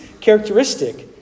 characteristic